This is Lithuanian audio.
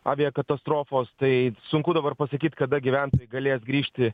aviakatastrofos tai sunku dabar pasakyt kada gyventojai galės grįžti